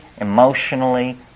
emotionally